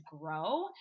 grow